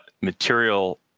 material